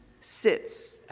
sits